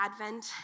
Advent